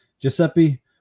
Giuseppe